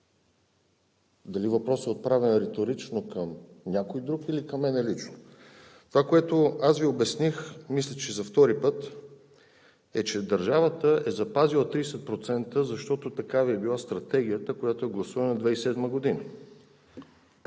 дали въпросът е отправен риторично към някой друг, или към мен лично. Аз Ви обясних и мисля, че за втори път, че държавата е запазила 30%, защото такава е била Стратегията, която е гласувана през 2007 г.